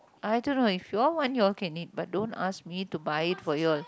I don't know if you all want you all can eat but don't ask me to buy it for you all